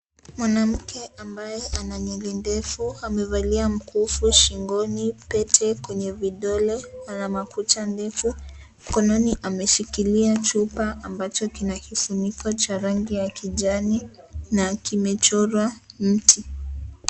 Mwanamke ambaye ana nywele ndefu, amevalia mkufu shingoni, pete kwenye vidole, ana makucha ndefu. Mkononi ameshikilia chupa ambacho kina kifuniko cha rangi ya kijani na kimechorwa mti.